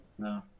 No